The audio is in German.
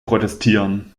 protestieren